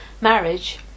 marriage